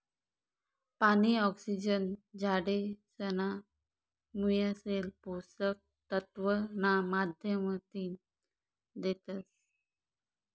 पानी, ऑक्सिजन झाडेसना मुयासले पोषक तत्व ना माध्यमतीन देतस